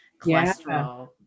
cholesterol